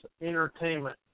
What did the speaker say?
entertainment